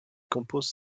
compose